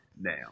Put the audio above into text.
Now